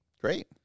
Great